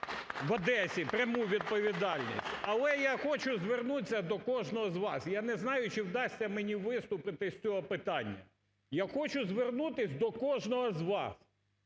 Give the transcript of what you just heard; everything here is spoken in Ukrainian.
в Одесі пряму відповідальність. Але я хочу звернутися до кожного з вас, я не знаю чи вдасться мені виступити з цього питання. Я хочу звернутися до кожного з вас,